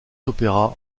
opéra